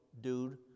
dude